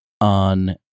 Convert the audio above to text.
on